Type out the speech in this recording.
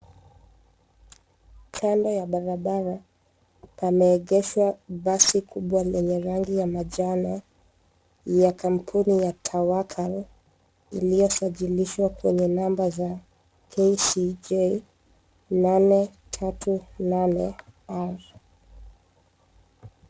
Kando ya barabara pameegeshwa basi kubwa lenye rangi ya manjano ya kampuni ya Tawakal iliyosajilishwa kwenye number za KCJ 838R.